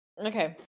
Okay